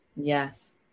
yes